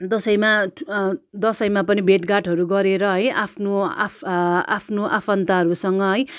दसैँमा दसैँमा पनि भेटघाटहरू गरेर है आफ्नो आफ आफ्नो आफन्तहरूसँग है